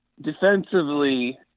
defensively